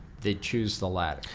they choose the latter.